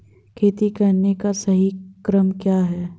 खेती करने का सही क्रम क्या है?